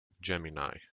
gemini